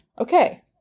Okay